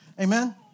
Amen